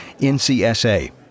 NCSA